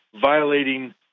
violating